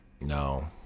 No